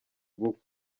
ubukwe